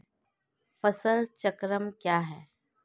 फसल चक्रण क्या है?